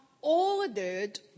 ordered